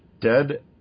Dead